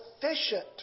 sufficient